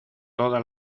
toda